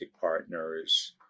partners